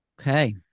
Okay